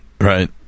Right